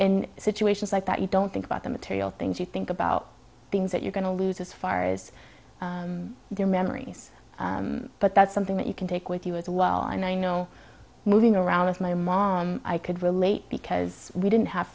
in situations like that you don't think about the material things you think about things that you're going to lose as far as your memories but that's something that you can take with you as well and i know moving around with my mom i could relate because we didn't have